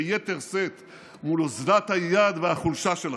ביתר שאת מול אוזלת היד והחולשה שלכם.